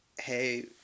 hey